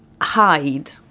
hide